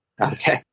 Okay